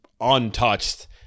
untouched